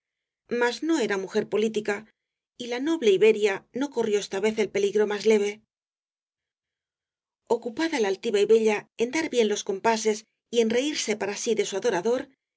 mas no era mujer política y la noble iberia no corrió esta vez el peligro más leve ocupada la altiva y bella en dar bien los compases y en reírse para sí de su adorador